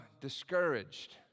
discouraged